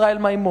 ישראל מימון,